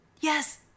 Yes